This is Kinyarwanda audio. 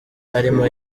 arimo